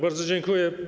Bardzo dziękuję.